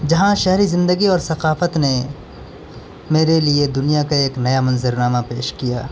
جہاں شہری زندگی اور ثقافت نے میرے لیے دنیا کا ایک نیا منظر نامہ پیش کیا